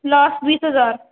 last بیس ہزار